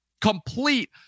complete